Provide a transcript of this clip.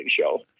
show